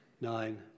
nine